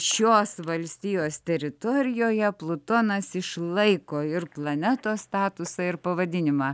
šios valstijos teritorijoje plutonas išlaiko ir planetos statusą ir pavadinimą